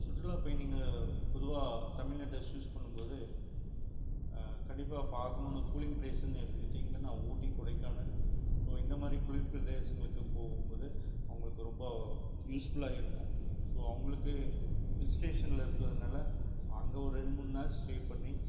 சுற்றுலா பயணிங்க பொதுவாக தமிழ்நாட்டை சூஸ் பண்ணும் போது கண்டிப்பாக பாக்கணும்னு கூலிங் பிரதேசம்னு எடுத்துக்கிட்டிங்கன்னா ஊட்டி கொடைக்கானல் ஸோ இந்தமாதிரி குளிர் பிரதேசங்களுக்கு போகும் போது அவங்களுக்கு ரொம்ப யூஸ்ஃபுல்லாக இருக்கும் ஸோ அவங்களுக்கு ஹில் ஸ்டேஷனில் இருக்கிறதுனால அங்கே ஒரு ரெண்டு மூணு நாள் ஸ்டே பண்ணி